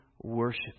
worship